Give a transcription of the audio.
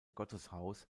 gotteshaus